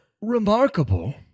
remarkable